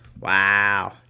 Wow